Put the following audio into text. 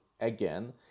again